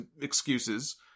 excuses